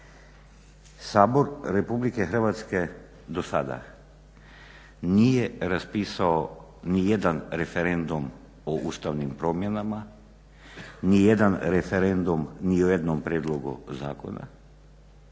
Sabor RH do sada nije raspisao ni jedan referendum o Ustavnim promjenama, ni jedan referendum ni o jednom prijedlogu zakona,